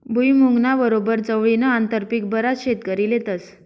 भुईमुंगना बरोबर चवळीनं आंतरपीक बराच शेतकरी लेतस